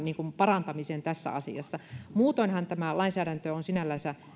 parantamiseen tässä asiassa muutoinhan tämä lainsäädäntö on sinällänsä